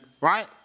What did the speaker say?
right